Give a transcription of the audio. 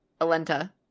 Alenta